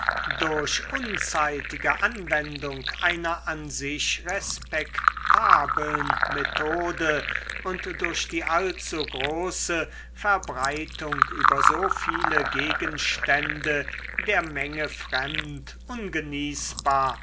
durch unzeitige anwendung einer an sich respektabeln methode und durch die allzu große verbreitung über so viele gegenstände der menge fremd ungenießbar